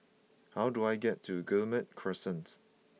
how do I get to Guillemard Crescent